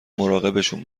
مراقبشون